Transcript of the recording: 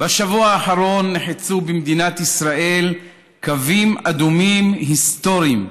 בשבוע האחרון נחצו במדינת ישראל קווים אדומים היסטוריים.